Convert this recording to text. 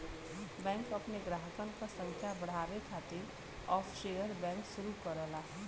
bank अपने ग्राहकन क संख्या बढ़ावे खातिर ऑफशोर बैंक शुरू करला